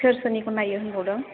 सोर सोरनिखौ नायो होनबावदों